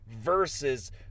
versus